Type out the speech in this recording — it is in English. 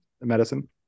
medicine